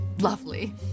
lovely